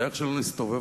איך שלא נסתובב,